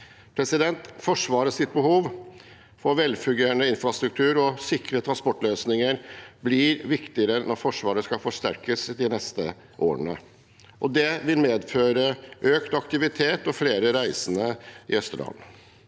togsett. Forsvarets behov for velfungerende infrastruktur og sikre transportløsninger blir viktigere når Forsvaret skal forsterkes de neste årene, for det vil medføre økt aktivitet og flere reisende i Østerdalen.